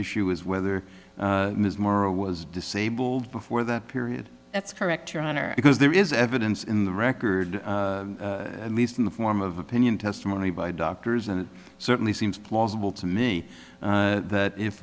issue was whether ms mora was disabled before that period that's correct your honor because there is evidence in the record at least in the form of opinion testimony by doctors and it certainly seems plausible to me that if